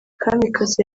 kamikazi